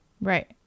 Right